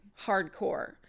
hardcore